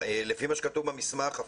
לפי מה שכתוב במסמך,